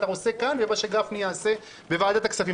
עושה כאן ומה שגפני יעשה בוועדת הכספים,